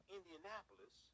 Indianapolis